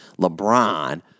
LeBron